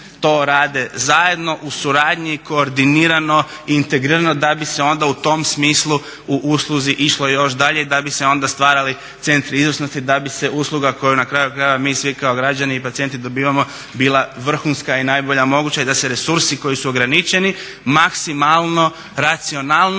to rade zajedno u suradnji koordinirano i integrirano da bi se onda u tom smislu u usluzi išlo još dalje i da bi se onda stvarali centri izvrsnosti da bi se usluga koju na kraju krajeva mi svi kao građani i pacijenti dobivamo bila vrhunska i najbolja moguća i da se resursi koji su ograničeni maksimalno racionalno